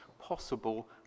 possible